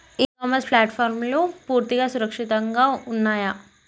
ఇ commerce ప్లాట్ఫారమ్లు పూర్తిగా సురక్షితంగా ఉన్నయా?